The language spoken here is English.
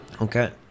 Okay